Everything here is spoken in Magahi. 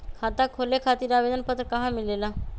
खाता खोले खातीर आवेदन पत्र कहा मिलेला?